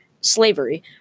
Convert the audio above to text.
slavery